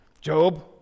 Job